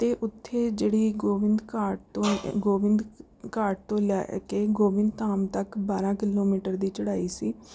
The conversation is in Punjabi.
ਅਤੇ ਉੱਥੇ ਜਿਹੜੀ ਗੋਬਿੰਦ ਘਾਟ ਤੋਂ ਗੋਬਿੰਦ ਘਾਟ ਤੋਂ ਲੈ ਕੇ ਗੋਬਿੰਦਧਾਮ ਤੱਕ ਬਾਰਾਂ ਕਿਲੋਮੀਟਰ ਦੀ ਚੜ੍ਹਾਈ ਸੀ